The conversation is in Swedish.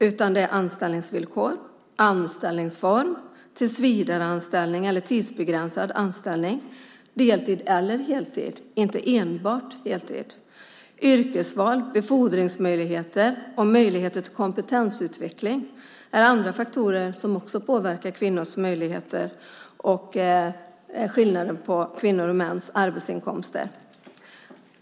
Det är också anställningsvillkor och anställningsform - tillsvidareanställning eller tidsbegränsad anställning; deltid eller heltid, inte enbart heltid. Yrkesval, befordringsmöjligheter och möjligheter till kompetensutveckling är andra faktorer som också påverkar kvinnors möjligheter och skillnaden i mäns och kvinnors arbetsinkomster.